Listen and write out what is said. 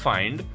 Find